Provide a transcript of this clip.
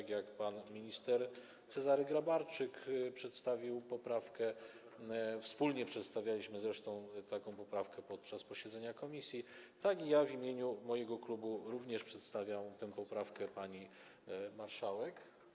Tak jak pan minister Cezary Grabarczyk przedstawił poprawkę, zresztą wspólnie przedstawialiśmy taką poprawkę podczas posiedzenia komisji, tak i ja w imieniu mojego klubu również przedstawiam tę poprawkę pani marszałek.